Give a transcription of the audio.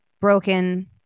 broken